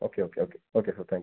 okay okay okay okay sir thank you